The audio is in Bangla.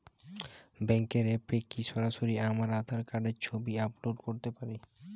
ব্যাংকের অ্যাপ এ কি সরাসরি আমার আঁধার কার্ডের ছবি আপলোড করতে পারি?